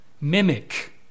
mimic